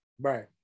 Right